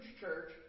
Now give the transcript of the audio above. church